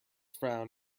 frown